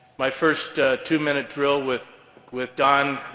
my first two-minute drill with with don,